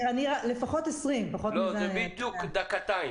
לפחות 20, פחות מזה --- לא, בדיוק דקותיים.